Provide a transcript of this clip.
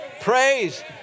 praise